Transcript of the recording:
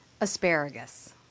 Asparagus